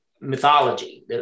mythology